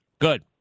Good